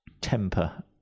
temper